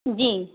جی